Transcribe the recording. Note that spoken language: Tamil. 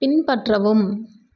பின்பற்றவும்